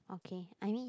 okay I mean